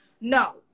No